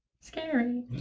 scary